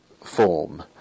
form